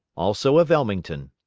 also of ellmington.